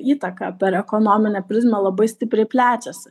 įtaką per ekonominę prizmę labai stipriai plečiasi